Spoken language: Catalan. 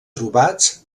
trobats